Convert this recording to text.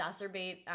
exacerbate